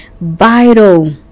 vital